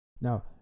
Now